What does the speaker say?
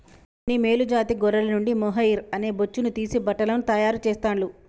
కొన్ని మేలు జాతి గొర్రెల నుండి మొహైయిర్ అనే బొచ్చును తీసి బట్టలను తాయారు చెస్తాండ్లు